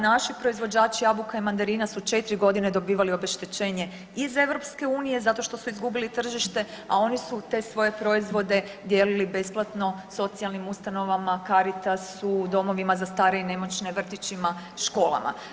Naši proizvođači jabuka i mandarina dobivali četiri godine obeštećenje iz EU zato što su izgubili tržište, a oni su te svoje proizvode dijelili besplatno socijalnim ustanovama, Caritasu, domovima za starije i nemoćne, vrtićima, školama.